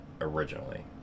originally